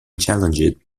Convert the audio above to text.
challenged